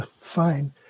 fine